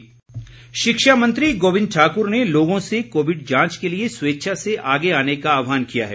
गोविंद ठाक्र शिक्षा मंत्री गोविन्द ठाकुर ने लोगों से कोविड जांच के लिए स्वेच्छा से आगे आने का आहवान किया है